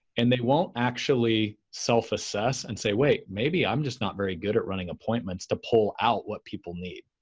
and they won't actually self-assess and say, wait. maybe i'm just not very good at running appointments to pull out what people need.